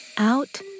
Out